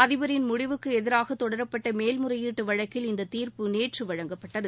அதிபரின் முடிவுக்கு எதிராக தொடரப்பட்ட மேல்முறையீட்டு வழக்கில் இந்த தீர்ப்பு நேற்று வழங்கப்பட்டது